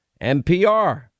NPR